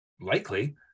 Likely